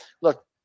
look